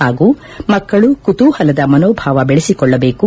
ಹಾಗೂ ಮಕ್ಕಳು ಕುತೂಹಲದ ಮನೋಭಾವ ಬೆಳೆಸಿಕೊಳ್ಳಬೇಕು